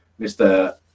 Mr